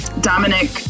Dominic